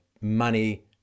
money